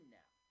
now